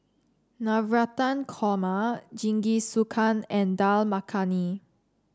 Navratan Korma Jingisukan and Dal Makhani